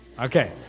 Okay